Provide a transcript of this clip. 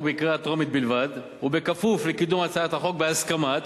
בקריאה טרומית בלבד ובכפוף לקידום הצעת החוק בהסכמת